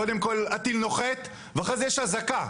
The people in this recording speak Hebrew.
קודם כל הטיל נוחת ואחרי זה יש אזעקה,